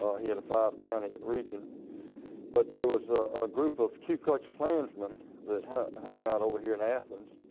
ah he had a five county region but there was a group of ku klux klansmen that hang out over here in athens.